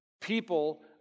People